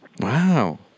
Wow